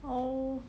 oh